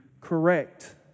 correct